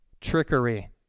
trickery